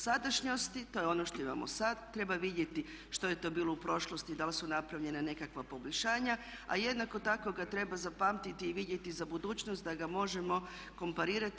Sadašnjosti, to je ono što imamo sad, treba vidjeti što je to bilo u prošlosti i da li su napravljena nekakva poboljšanja, a jednako tako ga treba zapamtiti i vidjeti za budućnost da ga možemo komparirati.